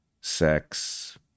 sex